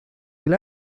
del